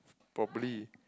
properly